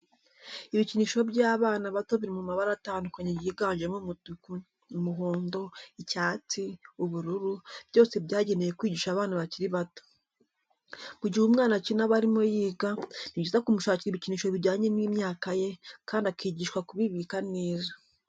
Ibikinisho by'abana bato biri mu mabara atandukanye yiganjemo umutuku, umuhondo, icyatsi, ubururu, byose byagenewe kwigisha abana bakiri bato. Mu gihe umwana akina aba arimo yiga, ni byiza kumushakira ibikinisho bijyanye n'imyaka ye kandi akigishwa kubibika neza.